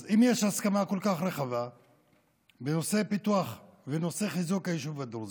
אז אם יש הסכמה כל כך רחבה בנושא בפיתוח ונושא חיזוק היישוב הדרוזי,